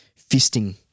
Fisting